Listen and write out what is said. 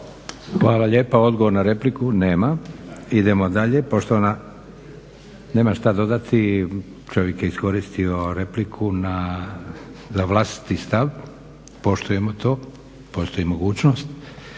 Hvala lijepa. Odgovor na repliku, nema. Idemo dalje, poštovana, nemam što dodati, čovjek je iskoristio repliku na za vlastiti stav, poštujemo to, postoji mogućnost,